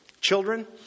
Children